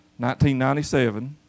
1997